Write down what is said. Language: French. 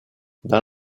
dans